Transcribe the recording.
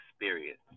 experience